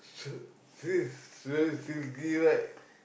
s~ feels very silky right